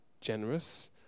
generous